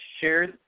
shares